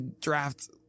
draft